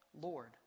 Lord